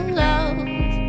love